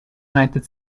united